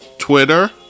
Twitter